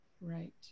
right